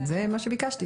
זה מה שביקשתי.